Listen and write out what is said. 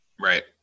Right